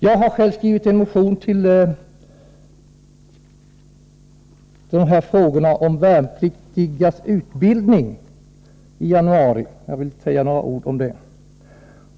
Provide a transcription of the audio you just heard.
Jag har själv under januari väckt en motion i frågan om utbildningen av värnpliktiga vid jägarförband.